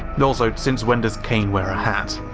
and also, since when does kane wear a hat?